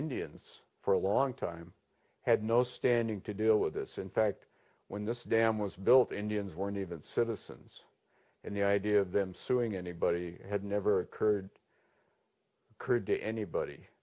indians for a long time had no standing to deal with this in fact when this dam was built the indians weren't even citizens and the idea of them suing anybody had never occurred